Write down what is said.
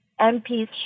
MPs